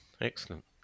Excellent